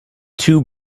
two